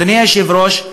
אדוני היושב-ראש,